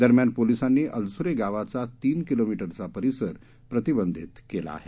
दरम्यान पोलिसाप्ती अलसुरे गावाचा तीन किलोमीटरचा परिसर प्रतिबधित केला आहे